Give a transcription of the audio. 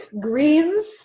Greens